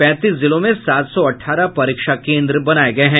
पैंतीस जिलों में सात सौ अठारह परीक्षा केन्द्र बनाये गये हैं